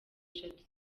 eshatu